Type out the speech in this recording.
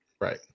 right